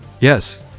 Yes